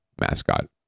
mascot